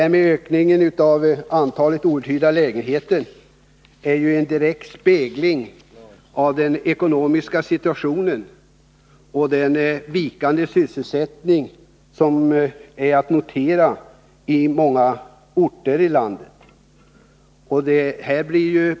Ökningen av antalet outhyrda lägenheter är en direkt spegling av den ekonomiska situationen och den vikande sysselsättning som är att notera på många orter i landet.